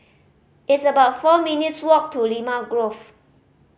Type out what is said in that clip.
it's about four minutes' walk to Limau Grove